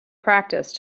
practice